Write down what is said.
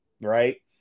right